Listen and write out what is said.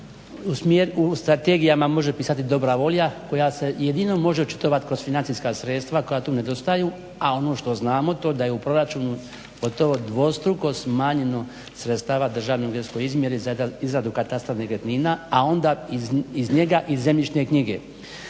u strategijama može pisati dobra volja koja se jedino može očitovati kroz financijska sredstva koja tu nedostaju, a ono što znamo to da je u proračunu gotovo dvostruko smanjeno sredstava Državnoj geodetskoj izmjeri za izradu katastra nekretnina, a onda iz njega i zemljišne knjige.